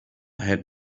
had